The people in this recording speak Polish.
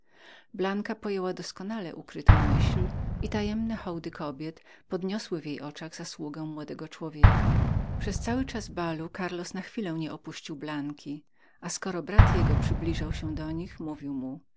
blanka pojęła doskonale ukrytą myśl i tajemne hołdy kobiet podniosły w jej oczach zasługę młodego człowieka przez cały czas balu karlos na chwilę nie opuścił blanki a skoro brat jego przybliżał się do nich mówił mu